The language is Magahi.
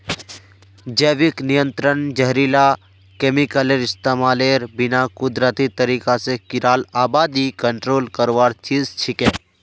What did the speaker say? जैविक नियंत्रण जहरीला केमिकलेर इस्तमालेर बिना कुदरती तरीका स कीड़ार आबादी कंट्रोल करवार चीज छिके